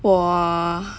!wah!